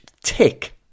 tick